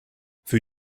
für